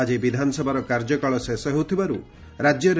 ଆଜି ବିଧାନସଭାର କାର୍ଯ୍ୟକାଳ ଶେଷ ହେଉଥିବାରୁ ରାଜ୍ୟରେ